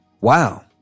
wow